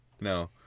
No